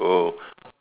oh